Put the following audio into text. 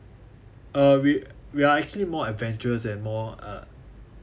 uh we we are actually more adventurous and more uh